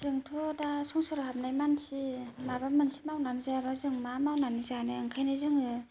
जोंथ' दा संसाराव हाबनाय मानसि माबा मोनसे मावनानै जायाबा जों मा मावनानै जानो ओंखायनो जोङो